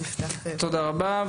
תודה רבה.